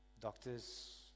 doctor's